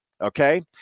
Okay